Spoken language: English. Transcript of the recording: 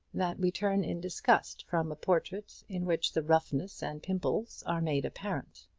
that we turn in disgust from a portrait in which the roughnesses and pimples are made apparent.